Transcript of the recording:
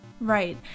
Right